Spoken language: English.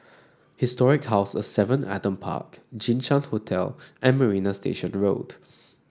Historic House of Seven Adam Park Jinshan Hotel and Marina Station Road